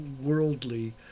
worldly